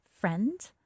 friend